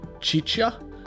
Chicha